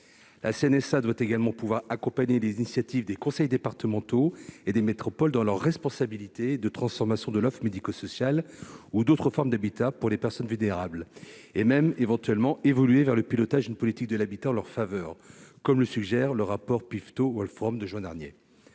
La CNSA doit également pouvoir accompagner les initiatives des conseils départementaux et des métropoles dans leurs responsabilités de transformation de l'offre médico-sociale ou d'autres formes d'habitat pour les personnes vulnérables. Elle doit même pouvoir évoluer vers le pilotage d'une politique de l'habitat en leur faveur, comme le suggère le rapport de Denis